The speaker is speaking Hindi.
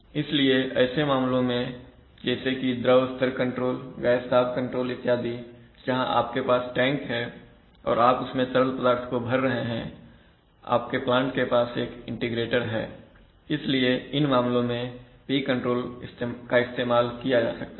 इसलिए ऐसे मामलों में जैसे कि द्रव स्तर कंट्रोल गैस दाब कंट्रोल इत्यादि जहां आपके पास एक टैंक है और आप उसमें तरल पदार्थ को भर रहे हैंआपके प्लांट के पास एक इंटीग्रेटर है इसलिए इन मामलों में P कंट्रोल का इस्तेमाल किया जा सकता है